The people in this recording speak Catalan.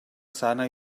sana